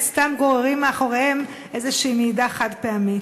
סתם גוררים מאחוריהם איזושהי מעידה חד-פעמית.